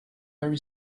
very